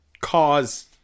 cause